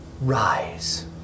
Rise